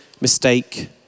mistake